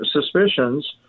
suspicions